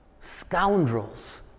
scoundrels